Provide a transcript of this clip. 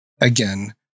again